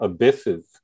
abysses